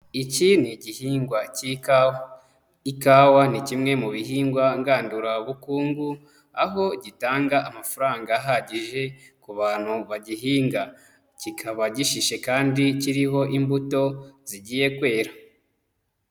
Iki ni igihingwa k'ikawa. Ikawa ni kimwe mu bihingwa ngandurabukungu, aho gitanga amafaranga ahagije ku bantu bagihinga. Kikaba gishishe kandi kiriho imbuto, zigiye kwera.